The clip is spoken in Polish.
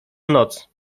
noc